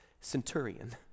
centurion